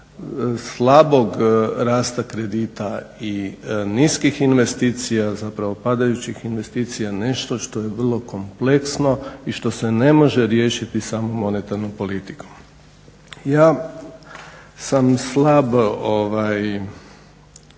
slabog rasta kredita i niskih investicija, zapravo padajućih investicija nešto što je vrlo kompleksno i što se ne može riješiti samo monetarnom politikom. Ja sam slab